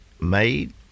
made